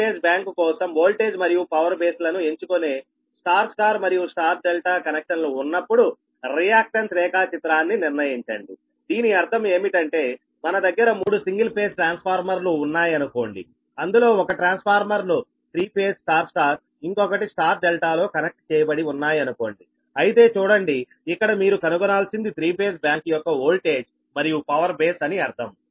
3 phase bank కోసం voltage మరియు power బేస్లను ఎంచుకునే Y Y మరియు Y ∆ కనెక్షన్లు ఉన్నప్పుడు రియాక్టెన్స్ రేఖాచిత్రాన్ని నిర్ణయించండిదీని అర్థం ఏమిటంటే మన దగ్గర మూడు సింగిల్ ఫేజ్ ట్రాన్స్ఫార్మర్లు ఉన్నాయనుకోండిఅందులో ఒక ట్రాన్స్ఫార్మర్ను 3 ఫేజ్ Y Y ఇంకొకటి Y ∆ లో కనెక్ట్ చేయబడి ఉన్నాయి అనుకోండి అయితే చూడండి ఇక్కడ మీరు కనుగొనాల్సిoది 3 ఫేజ్ బ్యాంకు యొక్క వోల్టేజ్ మరియు పవర్ బేస్ అని అర్థం